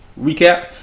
recap